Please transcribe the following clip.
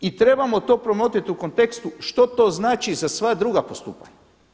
I trebamo to promotrit u kontekstu što to znači za sva druga postupanja.